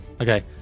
Okay